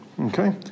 Okay